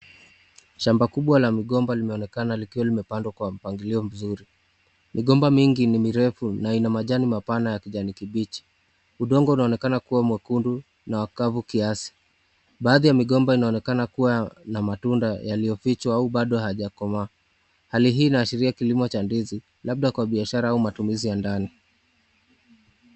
Shamba kubwa la mgomba limeonekana likiwa limepandwa kwa mpangilio mzuri. Migomba mingi ni mirefu na ina majani mapana ya kijani kibichi. Udongo unaonekana kuwa mwekundu na kavu kiasi. Baadhi ya migomba inaonekana kuwa na matunda yaliyofichwa huu bado haijakomaa. Hali hii inaashiria kilimo cha ndizi, labda kwa biashara au matumizi ya ndani.